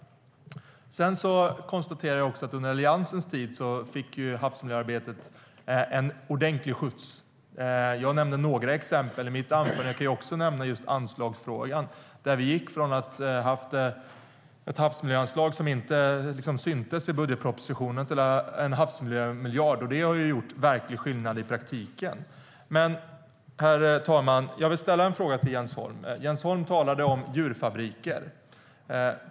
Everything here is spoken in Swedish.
Sedan konstaterar jag att havsmiljöarbetet fick en ordentlig skjuts under Alliansens tid. Jag nämnde några exempel i mitt anförande. Jag kan också nämna just anslagsfrågan. Vi gick från att ha ett havsmiljöanslag som liksom inte syntes i budgetpropositionen till att ha en havsmiljömiljard. Det har gjort verklig skillnad i praktiken. Men, herr talman, jag vill ställa en fråga till Jens Holm. Jens Holm talade om djurfabriker.